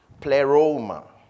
Pleroma